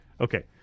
Okay